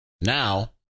now